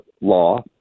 law